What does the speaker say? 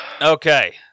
Okay